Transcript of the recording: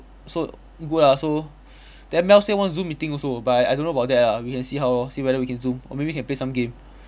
so good ah so then mel say want zoom meeting also but I I don't know about that ah we can see how lor see whether we can zoom or maybe can play some game